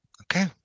okay